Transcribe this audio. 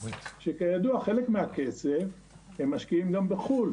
שכידוע חלק מהכסף הם משקיעים גם בחו"ל,